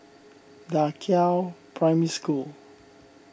Da Qiao Primary School